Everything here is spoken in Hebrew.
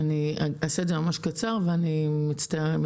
לא שלחתי בכתב,